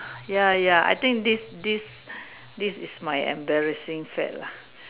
ya ya I think this this this is my embarrassing fad lah